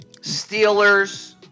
Steelers